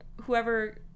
whoever